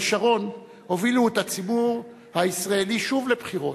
שרון הובילו את הציבור הישראלי שוב לבחירות,